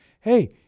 Hey